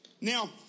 Now